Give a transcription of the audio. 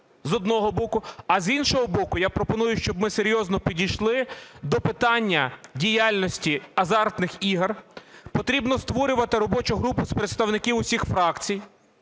з одного боку, а з іншого боку, я пропоную, щоб ми серйозно підійшли до питання діяльності азартних ігор. Потрібно створювати робочу групу з представників всіх фракцій